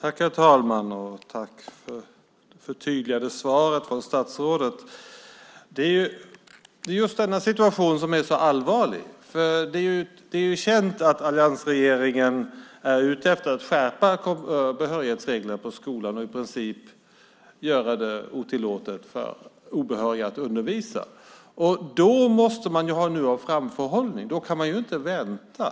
Herr talman! Tack, statsrådet, för det förtydligande svaret! Det är just denna situation som är så allvarlig. Det är känt att alliansregeringen vill skärpa behörighetsreglerna i skolan och i princip göra det otillåtet för obehöriga att undervisa. Då måste man ha bra framförhållning. Man kan inte vänta.